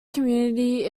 community